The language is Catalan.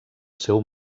seu